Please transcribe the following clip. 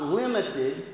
limited